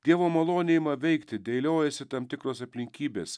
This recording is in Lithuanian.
dievo malonė ima veikti dėliojasi tam tikros aplinkybės